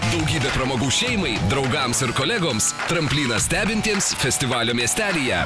daugybė pramogų šeimai draugams ir kolegoms tramplynas stebintiems festivalio miestelyje